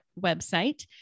website